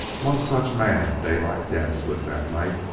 one such man daylight danced with that night.